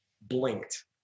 blinked